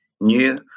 new